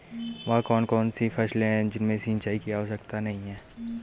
वह कौन कौन सी फसलें हैं जिनमें सिंचाई की आवश्यकता नहीं है?